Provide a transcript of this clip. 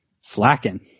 Slacking